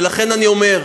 לכן אני אומר,